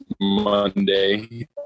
monday